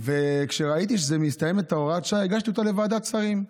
וכשראיתי שמסתיימת הוראת השעה הגשתי אותה לוועדת השרים,